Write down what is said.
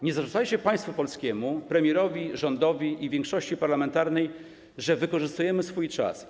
Nie zarzucajcie państwu polskiemu, premierowi, rządowi i większości parlamentarnej, że wykorzystują swój czas.